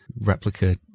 replica